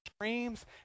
dreams